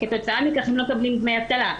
וכתוצאה מכך הם לא מקבלים דמי אבטלה.